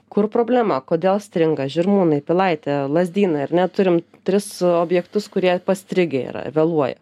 kur problema kodėl stringa žirmūnai pilaitė lazdynai ar ne turim tris objektus kurie strigę yra vėluoja